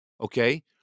Okay